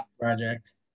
Project